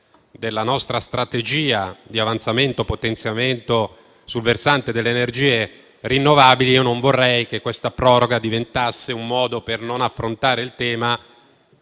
della nostra strategia di avanzamento e potenziamento sul versante delle energie rinnovabili, non vorrei che questa proroga diventasse un modo per non procedere in tempi